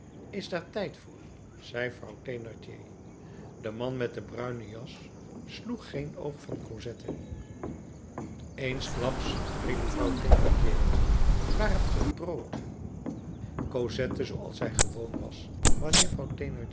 is daar tijd voor zei vrouw thénardier de man met de bruine jas sloeg geen oog van cosette eensklaps riep vrouw thénardier waar hebt ge het brood cosette zooals zij gewoon was wanneer